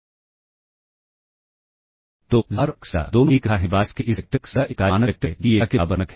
तो xbar और xTilda दोनों एक रेखा हैं सिवाय इसके कि इस वेक्टर में xTilda एक इकाई मानक वेक्टर है जो कि एकता के बराबर मानक है